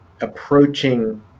approaching